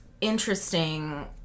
interesting